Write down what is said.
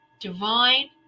divine